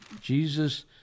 Jesus